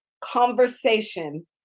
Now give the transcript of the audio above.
conversation